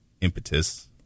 impetus